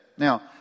Now